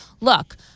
look